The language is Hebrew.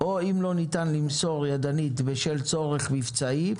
או אם לא ניתן למסור ידנית בשל צורך מבצעי,